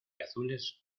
azules